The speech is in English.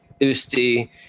Usti